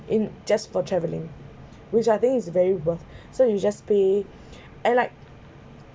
in just for travelling which I think is very worth so you just pay and like